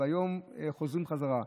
וביום חוזרים בחזרה,